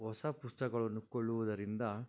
ಹೊಸ ಪುಸ್ತಕಗಳನ್ನು ಕೊಳ್ಳುವುದರಿಂದ